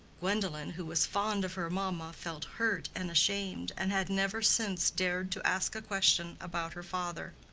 gwendolen, who was fond of her mamma, felt hurt and ashamed, and had never since dared to ask a question about her father.